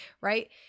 right